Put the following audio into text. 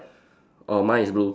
oh mine is blue